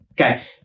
okay